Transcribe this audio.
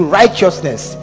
righteousness